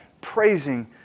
praising